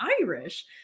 irish